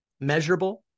measurable